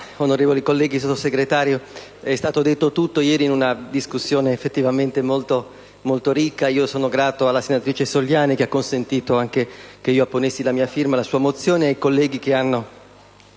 onorevoli colleghi, signor Sottosegretario, è stato detto tutto ieri, in una discussione effettivamente molto ricca. Io sono grato alla senatrice Soliani, che ha consentito che io apponessi la mia firma alla sua mozione e ai colleghi che hanno